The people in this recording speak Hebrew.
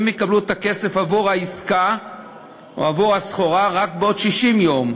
הם יקבלו את הכסף עבור העסקה או עבור הסחורה רק בעוד 60 יום,